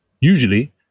Usually